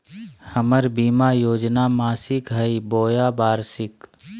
हमर बीमा योजना मासिक हई बोया वार्षिक?